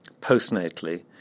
postnatally